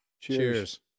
Cheers